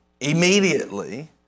immediately